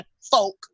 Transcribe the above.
folk